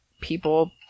people